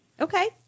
Okay